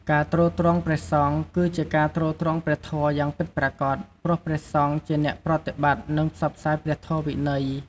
ការទ្រទ្រង់ព្រះសង្ឃ គឺជាការទ្រទ្រង់ព្រះធម៌យ៉ាងពិតប្រាកដ ព្រោះព្រះសង្ឃជាអ្នកប្រតិបត្តិ និងផ្សព្វផ្សាយព្រះធម៌វិន័យ។